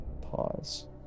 pause